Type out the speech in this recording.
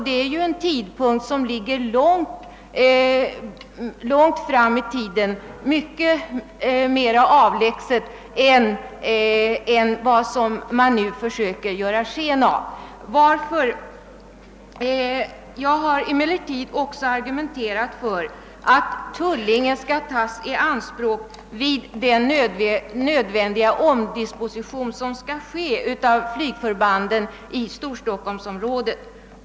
Denna tidpunkt är emellertid mycket mera avlägsen än vad man nu försöker ge sken av. Jag har också argumenterat för att Tullinge skall tas i anspråk vid den omdisposition som måste ske av flygförbanden i storstockholmsområdet.